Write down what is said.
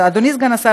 אדוני סגן השר,